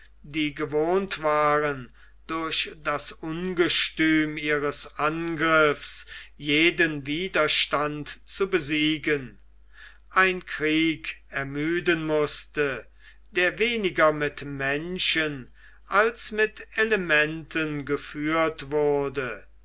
die gewohnt waren durch den ungestüm ihres angriffs jeden widerstand zu besiegen ein krieg ermüden mußte der weniger mit menschen als mit elementen geführt wurde